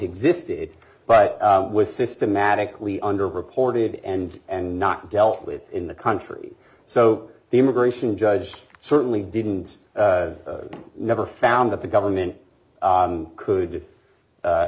existed but was systematically under reported and and not dealt with in the country so the immigration judge certainly didn't never found that the government could